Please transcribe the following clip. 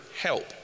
help